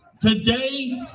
Today